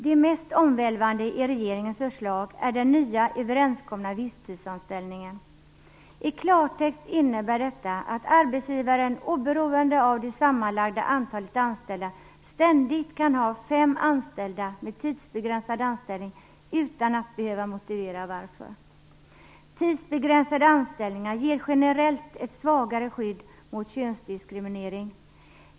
Det mest omvälvande i regeringens förslag är den nya överenskomna visstidsanställningen. I klartext innebär detta att arbetsgivaren oberoende av det sammanlagda antalet anställda ständigt kan ha fem anställda med tidsbegränsad anställning utan att behöva motivera detta. Tidsbegränsade anställningar ger generellt ett svagare skydd mot könsdiskriminering.